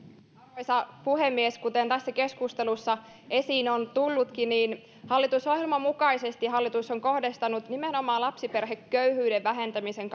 arvoisa puhemies kuten tässä keskustelussa esiin on tullutkin niin hallitusohjelman mukaisesti hallitus on kohdistanut nimenomaan lapsiperheköyhyyden vähentämisen